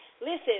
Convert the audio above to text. Listen